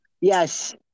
Yes